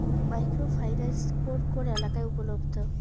Micro finance কোন কোন এলাকায় উপলব্ধ?